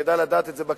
כדאי לדעת את זה,